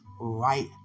right